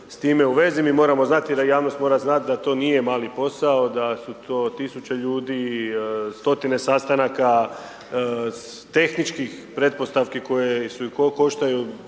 s time u vezi. Mi moramo znati, da javnost mora znati, da to nije mali posao, da su to tisuće ljudi, stotine sastanaka, tehničkih pretpostavki koje su i koštaju,